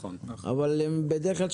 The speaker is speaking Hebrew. אבל בדרך כלל,